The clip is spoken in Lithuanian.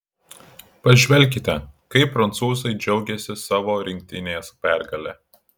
pažvelkite kaip prancūzai džiaugėsi savo rinktinės pergale